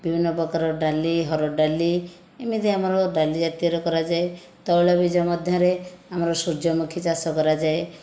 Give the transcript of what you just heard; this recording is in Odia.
ବିଭିନ୍ନ ପ୍ରକାରର ଡାଲି ହରଡ଼ ଡାଲି ଏମିତି ଆମର ଡାଲିଜାତୀୟର କରାଯାଏ ତୈଳବୀଜ ମଧ୍ୟରେ ଆମର ସୂର୍ଯ୍ୟମୁଖୀ ଚାଷ କରାଯାଏ